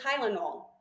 Tylenol